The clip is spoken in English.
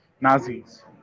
Nazis